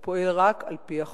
הוא פועל רק על-פי החוק,